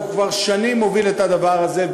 הוא כבר שנים מוביל את הדבר הזה,